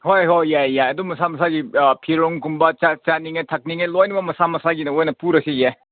ꯍꯣꯏ ꯍꯣꯏ ꯌꯥꯏ ꯌꯥꯏ ꯑꯗꯨ ꯃꯁꯥ ꯃꯁꯥꯒꯤ ꯑꯥ ꯐꯤꯔꯣꯟꯒꯨꯝꯕ ꯆꯥꯛ ꯆꯥꯅꯤꯡꯉꯦ ꯊꯛꯅꯤꯡꯉꯦ ꯂꯣꯏꯅꯃꯛ ꯃꯁꯥ ꯃꯁꯥꯒꯤꯅ ꯑꯣꯏꯅ ꯄꯨꯔꯁꯨ ꯌꯥꯏ